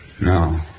No